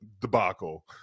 debacle